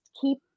keep